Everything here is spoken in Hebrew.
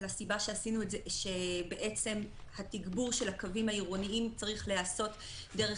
לסיבה שבעצם התגבור של הקווים העירוניים צריך להיעשות דרך